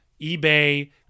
eBay